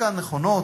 חלקן נכונות,